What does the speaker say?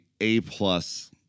A-plus